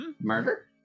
Murder